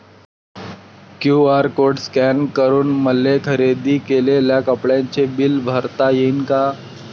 QR code scan करून मले खरेदी केलेल्या कापडाचे बिल भरता यीन का?